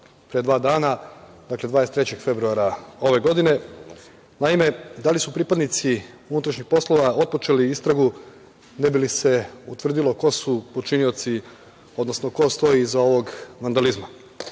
pre dva dana, dakle 23. februara ove godine. Naime, da li su pripadnici unutrašnjih poslova otpočeli istragu ne bi li se utvrdilo ko su počinioci, odnosno ko stoji iza ovog vandalizma? Zašto